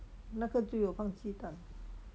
那个就有放鸡蛋